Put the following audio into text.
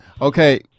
okay